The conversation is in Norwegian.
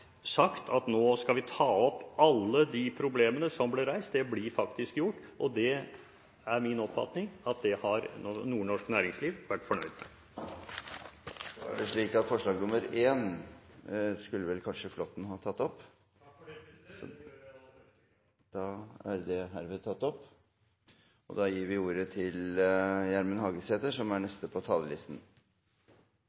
sagt at vi nå skal ta opp alle de problemstillingene som ble reist. Det blir faktisk gjort, og det er min oppfatning at nordnorsk næringsliv har vært fornøyd med det. Replikkordskiftet er omme. Representanten Flåtten skulle kanskje ha tatt opp forslag nr. 1? Takk for det, president, det gjør jeg i aller høyeste grad. Representant Svein Flåtten har tatt opp det forslaget han refererte til. Som fleire har vore inne på, er det